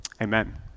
Amen